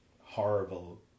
horrible